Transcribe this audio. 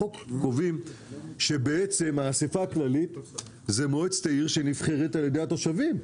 בחוק קובעים שהאסיפה הכללית זו מועצת העיר שנבחרת על ידי התושבים.